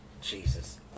Jesus